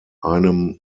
einem